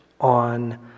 on